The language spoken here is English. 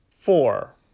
Four